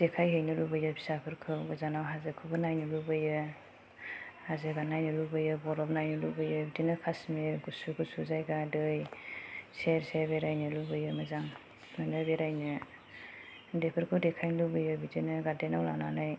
देखायहैनो लुबैयो फिसाफोरखौ गोजानाव हाजोफोरखौ नायनो लुबैयो हाजोबो नायनो लुबैयो बरफ नायनो लुबैयो बिदिनो काश्मीर गुसु गुसु जायगा दै सेर सेर बेरायनो लुबैयो मोजां मोनो बेरायनो उन्दैफोरखौ देखायनो लुबैयो बिदिनो गार्डेनाव लांनानै